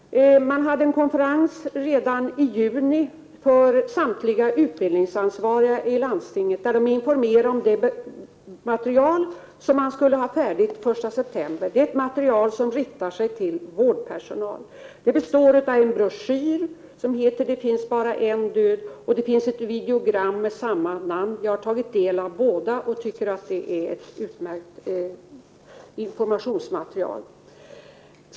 Man hade en konferens redan i juni för samtliga utbildningsansvariga i landstinget, där det informerades om det material som man skulle ha färdigt den 1 september. Det är ett material som riktar sig till vårdpersonal. Det består av en broschyr som heter Det finns bara en död, och det finns ett videogram med samma namn. Jag har tagit del av materialet och tycker att det är ett utmärkt informationsmaterial.